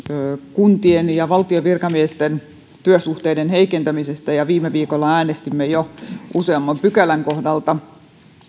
kuntien ja valtion virkamiesten työsuhteiden heikentämisestä ja viime viikolla äänestimme jo useamman pykälän kohdalta